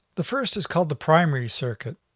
the first is called the primary circuit